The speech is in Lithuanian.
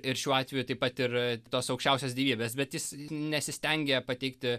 ir šiuo atveju taip pat ir a tos aukščiausios dievybės bet jis nesistengia pateikti